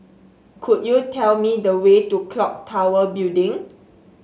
could you tell me the way to clock Tower Building